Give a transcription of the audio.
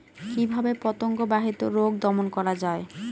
কিভাবে পতঙ্গ বাহিত রোগ দমন করা যায়?